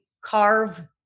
carve